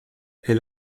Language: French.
est